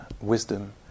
wisdom